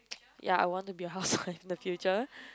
ya I want to be a housewife in the future